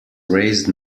raised